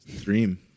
Dream